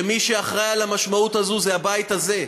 ומי שאחראי למשמעות הזאת זה הבית הזה.